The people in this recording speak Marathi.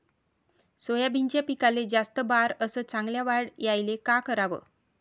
सोयाबीनच्या पिकाले जास्त बार अस चांगल्या वाढ यायले का कराव?